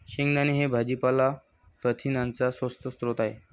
शेंगदाणे हे भाजीपाला प्रथिनांचा स्वस्त स्रोत आहे